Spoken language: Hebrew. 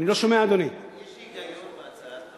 יש היגיון בהצעת החוק.